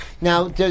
Now